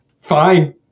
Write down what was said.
fine